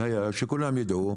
שכולם ידעו,